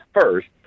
first